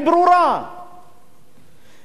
זה לא נכון לבוא בטענות